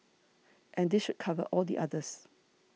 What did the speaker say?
and this should cover all the others